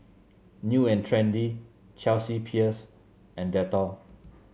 New And Trendy Chelsea Peers and Dettol